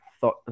thought